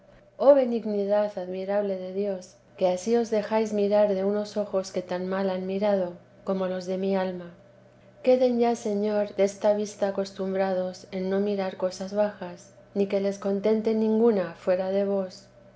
oh benignidad admirable de dios que ansí os dejáis mirar de unos ojos que tan mal han mirado como los de mi alma queden ya señor desta vista acostumbrados en no mirar cosas bajas ni que les contente ninguna fuera de vos